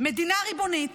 מדינה ריבונית,